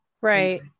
Right